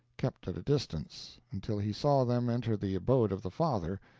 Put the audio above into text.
kept at a distance, until he saw them enter the abode of the father,